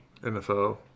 NFO